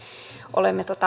olemme